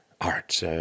art